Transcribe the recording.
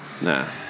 Nah